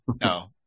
No